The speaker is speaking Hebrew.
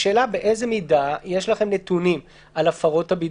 השאלה באיזו מידה יש לכם נתונים על הפרות הבידוד,